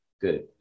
Good